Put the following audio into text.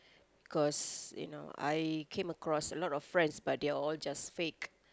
cause you know I came across a lot of friends but they're all just fake